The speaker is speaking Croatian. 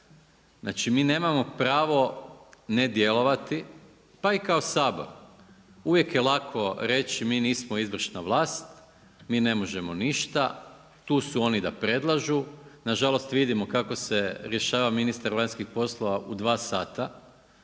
mi nemamo pravo ne djelovati pa i kao Sabor. Uvijek je lako reći mi nismo izvršna vlast, mi ne možemo ništa, tu su oni da predlažu. Na žalost vidimo kako se rješava ministar vanjskih poslova u dva sata,